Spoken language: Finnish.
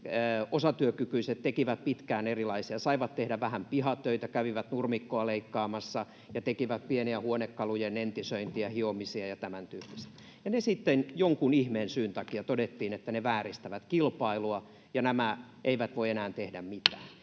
osatyökykyiset tekivät pitkään erilaisia töitä, saivat tehdä vähän pihatöitä, kävivät nurmikkoa leikkaamassa ja tekivät pieniä huonekalujen entisöintejä, hiomisia ja tämäntyyppisiä, ja sitten jonkun ihmeen syyn takia todettiin, että ne vääristävät kilpailua ja nämä eivät voi enää tehdä mitään.